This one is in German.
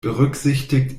berücksichtigt